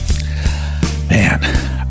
Man